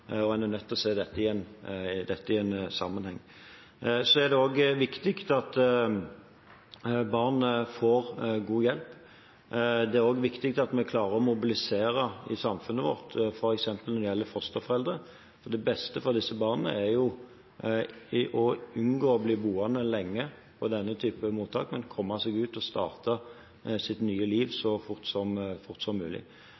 og en er nødt til å se dette i en sammenheng. Så er det også viktig at barn får god hjelp. Det er også viktig at vi klarer å mobilisere i samfunnet vårt, f.eks. når det gjelder fosterforeldre. Det beste for disse barna er å unngå å bli boende lenge på denne type mottak, men komme seg ut og starte sitt nye liv så fort som